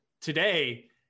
Today